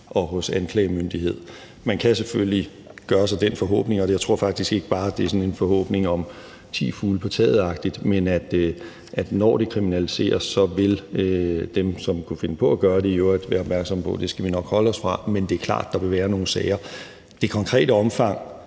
og hos anklagemyndighed. Man kan selvfølgelig have den forhåbning – og jeg tror faktisk ikke, at det bare er sådan en forhåbning i stil med ti fugle på taget – at når det kriminaliseres, så vil dem, som kunne finde på at gøre det, være opmærksomme på, at det skal de i øvrigt nok holde sig fra. Men det er klart, at der vil være nogle sager. Det konkrete omfang